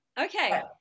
okay